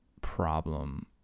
problem